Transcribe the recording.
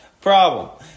problem